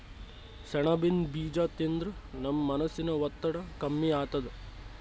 ಸೆಣಬಿನ್ ಬೀಜಾ ತಿಂದ್ರ ನಮ್ ಮನಸಿನ್ ಒತ್ತಡ್ ಕಮ್ಮಿ ಆತದ್